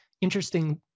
Interesting